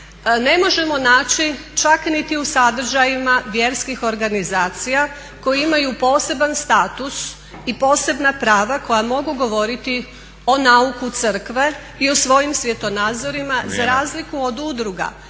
ne možemo naći čak niti u sadržajima vjerskih organizacija koje imaju poseban status i posebna prava koja mogu govoriti o nauku crkve i o svojim svjetonazorima za razliku od udruga